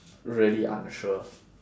really unsure